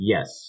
Yes